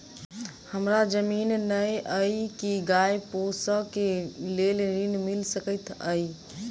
हमरा जमीन नै अई की गाय पोसअ केँ लेल ऋण मिल सकैत अई?